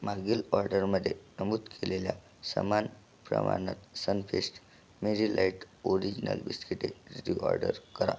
मागील ऑर्डरमध्ये नमूद केलेल्या समान प्रमाणात सनफिस्ट मेरीलाईट ओरिजनल बिस्किटे रीऑर्डर करा